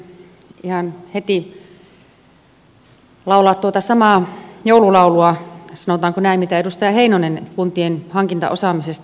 täytyy ihan heti laulaa tuota samaa joululaulua sanotaanko näin mitä edustaja heinonen kuntien hankintaosaamisesta